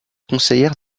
conseillère